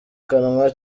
kanwa